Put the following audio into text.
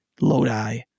Lodi